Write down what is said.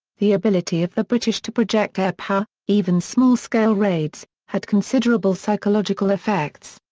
the ability of the british to project airpower, even small scale raids, had considerable psychological effects.